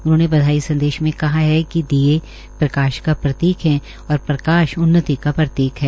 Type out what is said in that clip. उन्होंने बधाई संदेश में कहा है कि दीए प्रकाश का प्रतीक है और प्रकाश उन्नति का प्रतीक है